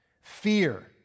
Fear